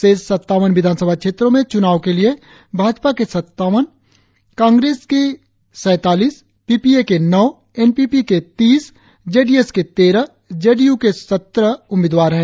शेष सत्तावन विधानसभा क्षेत्रों में चुनाव के लिए भाजपा के सत्तावन कांग्रेस के सैतालीस पीपीए के नौ एन पी पी के तीस जेडीएस के तेरह जेडीयू के सत्रह उम्मीदवार है